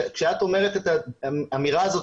כשאת אומרת את האמירה הזאת,